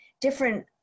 different